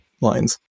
lines